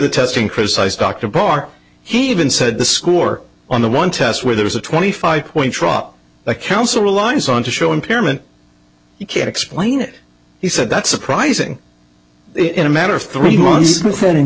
the testing criticize dr barr he even said the score on the one test where there's a twenty five point drop the council relies on to show impairment you can't explain it he said that's surprising in a matter of three months in